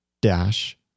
dash